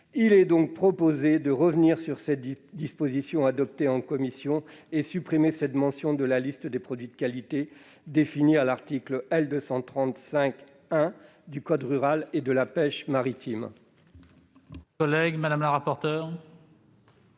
Il est donc proposé de revenir sur cette disposition adoptée en commission et de supprimer une telle mention dans la liste des produits de qualité définie à l'article L. 230-5-1 du code rural et de la pêche maritime.